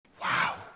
Wow